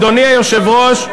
אדוני היושב-ראש,